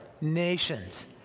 nations